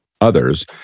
others